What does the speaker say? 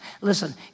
Listen